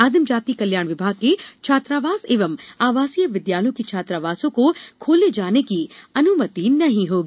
आदिम जाति कल्याण विभाग के छात्रावास एवं आवासीय विद्यालयों के छात्रावासों को खोले जाने की अनुमति नहीं होगी